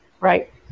Right